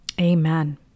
Amen